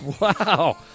Wow